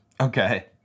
Okay